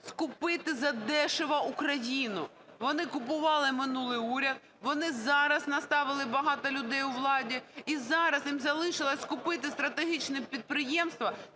скупити задешево Україну. Вони купували минулий уряд, вони зараз наставили багато людей у владі - і зараз їм залишилося купити стратегічні підприємства